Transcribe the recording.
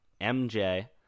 MJ